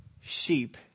sheep